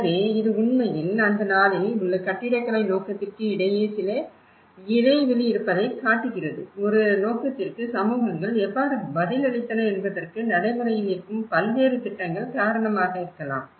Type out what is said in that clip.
எனவே இது உண்மையில் அந்த நாளில் உள்ள கட்டிடக்கலை நோக்கத்திற்கு இடையே சில இடைவெளி இருப்பதைக் காட்டுகிறது ஒரு நோக்கத்திற்கு சமூகங்கள் எவ்வாறு பதிலளித்தன என்பதற்கு நடைமுறையில் இருக்கும் பல்வேறு திட்டங்கள் காரணமாக இருக்கலாம்